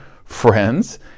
friends